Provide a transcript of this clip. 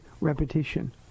repetition